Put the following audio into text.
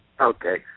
Okay